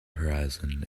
horizon